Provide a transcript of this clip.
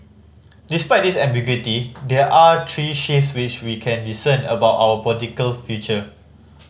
despite this ambiguity there are three shifts which we can discern about our political future